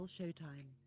Showtime